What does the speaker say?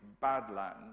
badlands